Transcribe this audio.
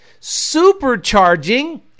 Supercharging